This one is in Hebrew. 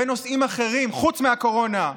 בנושאים אחרים חוץ מהקורונה,